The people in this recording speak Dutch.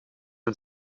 een